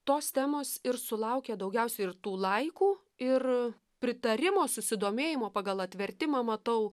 tos temos ir sulaukė daugiausiai ir tų laikų ir pritarimo susidomėjimo pagal atvertimą matau